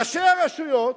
ראשי הרשויות,